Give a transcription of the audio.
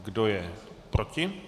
Kdo je proti?